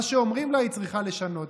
מה שאומרים לה היא צריכה לשנות.